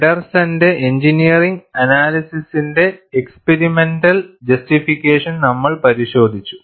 ഫെഡെർസന്റെ engineering അനാലിസിസിന്റെ experimental justification നമ്മൾ പരിശോധിച്ചു